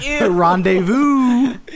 Rendezvous